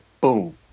boom